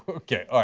but okay, ah